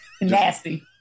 Nasty